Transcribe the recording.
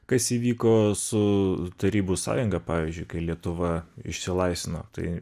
kas įvyko su tarybų sąjunga pavyzdžiui kai lietuva išsilaisvino tai